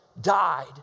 died